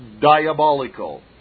diabolical